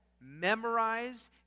memorized